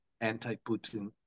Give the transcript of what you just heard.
anti-Putin